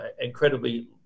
incredibly